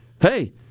hey